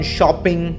Shopping